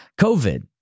COVID